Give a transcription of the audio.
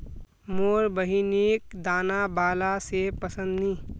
मोर बहिनिक दाना बाला सेब पसंद नी